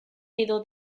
edo